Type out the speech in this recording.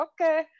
okay